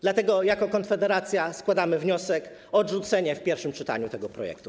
Dlatego jako Konfederacja składamy wniosek o odrzucenie w pierwszym czytaniu tego projektu.